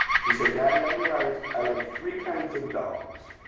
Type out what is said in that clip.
she said, daddy, i realized i like three kinds of dogs.